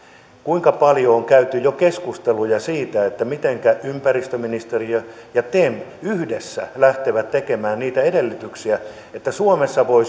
kuinka paljon on käyty jo keskusteluja siitä mitenkä ympäristöministeriö ja tem yhdessä lähtevät tekemään niitä edellytyksiä että suomessa voi